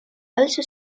also